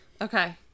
Okay